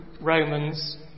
Romans